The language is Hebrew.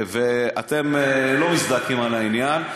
ואתם לא מזדעקים על העניין.